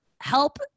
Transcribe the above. help